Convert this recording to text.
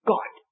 God